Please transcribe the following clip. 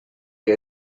que